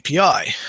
API